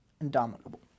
indomitable